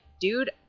dude